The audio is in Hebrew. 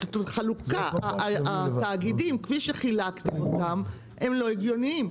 החלוקה התאגידים כפי שחילקתם אותם הם לא הגיוניים,